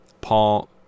Paul